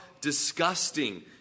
disgusting